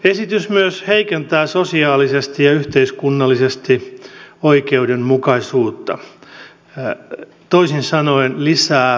esitys myös heikentää sosiaalisesti ja yhteiskunnallisesti oikeudenmukaisuutta toisin sanoen lisää eriarvoisuutta